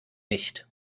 nicht